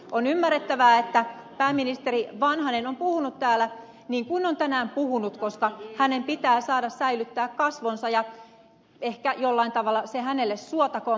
on ymmärrettävää että pääministeri vanhanen on puhunut täällä niin kuin on tänään puhunut koska hänen pitää saada säilyttää kasvonsa ja ehkä jollain tavalla se hänelle suotakoon